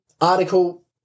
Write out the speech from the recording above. article